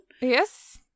Yes